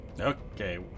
Okay